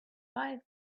five